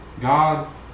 God